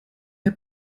der